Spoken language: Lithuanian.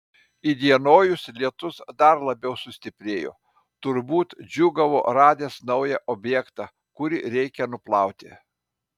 įdienojus lietus dar labiau sustiprėjo turbūt džiūgavo radęs naują objektą kurį reikia nuplauti